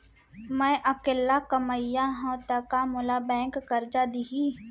मैं अकेल्ला कमईया हव त का मोल बैंक करजा दिही?